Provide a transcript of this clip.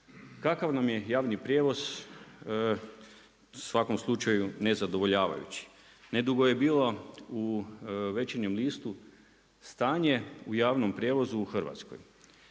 Kakav nam je javni prijevoz u svakom slučaju nezadovoljavajući. Nedugo je bilo u Večernjem listu stanje u javnom prijevozu u Hrvatskoj.